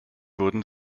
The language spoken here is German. wurden